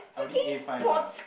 Audi A five ah